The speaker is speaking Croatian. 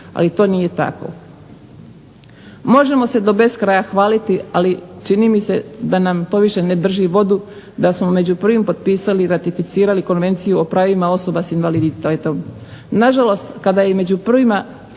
ali to nije tako. Možemo se do beskraja hvaliti, ali čini mi se da nam to više ne drži vodu, da smo među prvima potpisali i ratificirali Konvenciju o pravima osoba s invaliditetom. Nažalost, kada je među prvima